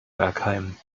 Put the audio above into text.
bergheim